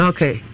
Okay